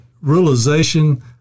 realization